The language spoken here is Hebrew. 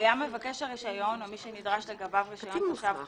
היה מבקש הרישיון או מי שנדרש לגביו רישיון תושב חוץ,